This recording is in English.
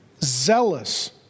zealous